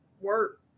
work